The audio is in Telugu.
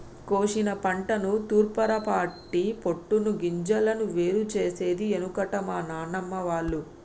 కోశిన పంటను తూర్పారపట్టి పొట్టును గింజలను వేరు చేసేది ఎనుకట మా నానమ్మ వాళ్లు